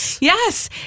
Yes